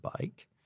bike